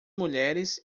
mulheres